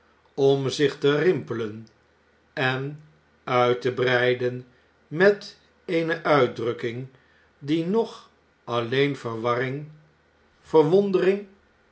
om zich te rimpelen en uit te breiden met eene uitdrukking die noch alleen vervarribgj